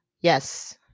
yes